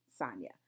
Sanya